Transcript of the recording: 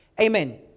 Amen